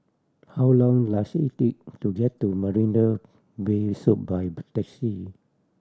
how long does it take to get to Marina Bay Suite by taxi